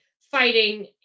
fighting